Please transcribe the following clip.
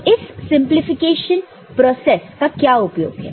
तो इस simplification process का क्या उपयोग है